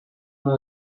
una